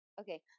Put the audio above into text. Okay